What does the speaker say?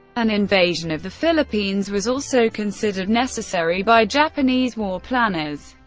an invasion of the philippines was also considered necessary by japanese war planners.